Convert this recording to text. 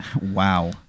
wow